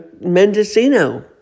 Mendocino